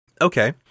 Okay